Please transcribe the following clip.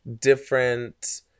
different